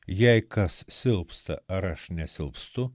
jei kas silpsta ar aš nesilpstu